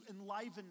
enliven